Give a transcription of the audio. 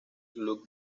club